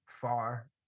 far